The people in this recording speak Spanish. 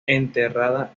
enterrada